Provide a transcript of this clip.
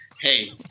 Hey